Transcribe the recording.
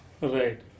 Right